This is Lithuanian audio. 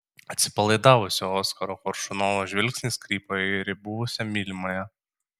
atsipalaidavusio oskaro koršunovo žvilgsnis krypo ir į buvusią mylimąją